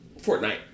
Fortnite